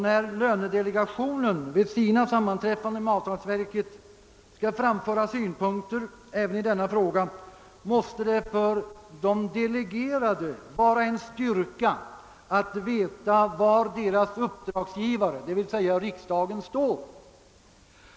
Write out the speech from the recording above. När delegationen vid sina sammanträden med avtalsverket skall framföra synpunkter även i denna fråga måste det för de delegera de vara en styrka att veta var deras uppdragsgivare — d.v.s. riksdagen — står.